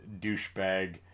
douchebag